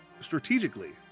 strategically